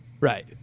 Right